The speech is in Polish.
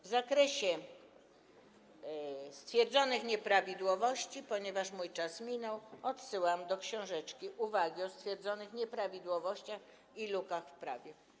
W zakresie stwierdzonych nieprawidłowości, ponieważ mój czas minął, odsyłam do książeczki „Uwagi o stwierdzonych nieprawidłowościach i lukach w prawie”